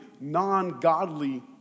non-godly